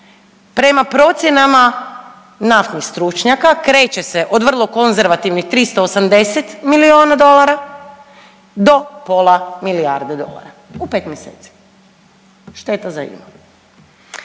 prema procjenama naftnih stručnjaka kreće se od vrlo konzervativnih 380 milijuna dolara do pola milijarde dolara u 5 mjeseci šteta za INA-u